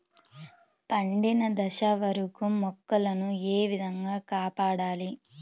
పండిన దశ వరకు మొక్కల ను ఏ విధంగా కాపాడాలి?